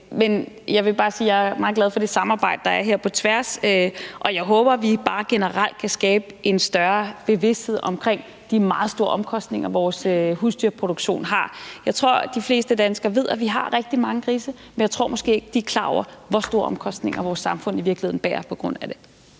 Men jeg vil bare sige, at jeg er meget glad for det samarbejde, der er på tværs, og jeg håber, at vi bare generelt kan skabe en større bevidsthed omkring de meget store omkostninger, vores husdyrproduktion giver. Jeg tror, de fleste danskere ved, at vi har rigtig mange grise, men jeg tror måske ikke, at de er klar over, hvor store omkostninger vores samfund i virkeligheden bærer på grund af det.